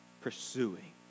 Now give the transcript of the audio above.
pursuing